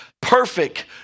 perfect